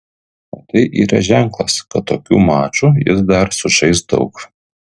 o tai yra ženklas kad tokių mačų jis dar sužais daug